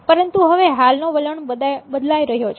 પરંતુ હવે હાલનો વલણ બદલાઈ રહ્યો છે